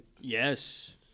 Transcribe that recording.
Yes